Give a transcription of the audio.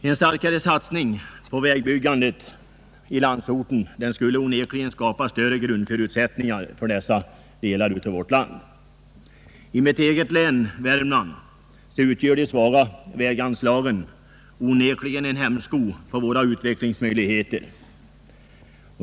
En starkare satsning på vägbyggandet i landsorten skulle onekligen skapa större grundförutsättningar för dessa delar av vårt land. I mitt eget län — Värmland — utgör de svaga väganslagen onekligen en hämsko för våra utvecklingsmöjligheter.